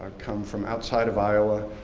come from outside of iowa,